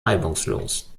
reibungslos